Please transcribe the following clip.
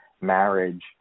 marriage